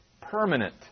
permanent